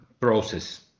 process